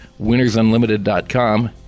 winnersunlimited.com